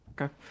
Okay